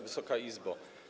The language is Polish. Wysoka Izbo!